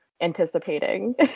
anticipating